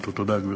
תודה, גברתי.